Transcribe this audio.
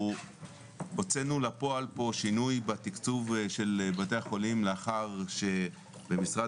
הוצאנו לפועל פה שינוי בתקצוב של בתי החולים לאחר שבמשרד